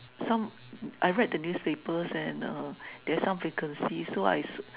some I read the newspapers and uh there's some vacancies so I